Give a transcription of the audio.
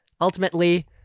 ultimately